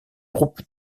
groupe